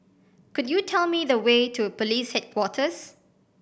could you tell me the way to Police Headquarters